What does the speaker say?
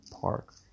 park